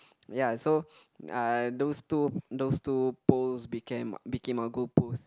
ya so uh those two those two poles became became our goal posts